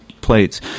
plates